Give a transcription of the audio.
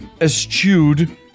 eschewed